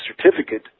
certificate